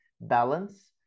balance